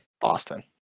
Boston